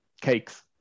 cakes